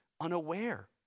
unaware